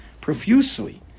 profusely